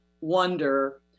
wonder